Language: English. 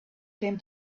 came